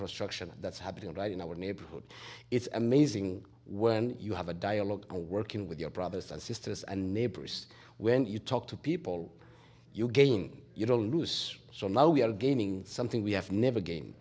construction that's happening right in our neighborhood it's amazing when you have a dialogue working with your brothers and sisters and neighbors when you talk to people you gain you don't lose so now we are gaining something we have never game